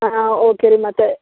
ಹಾಂ ಓಕೆ ರೀ ಮತ್ತು